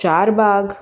Charbagh